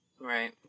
Right